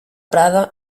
prada